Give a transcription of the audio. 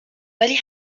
ولی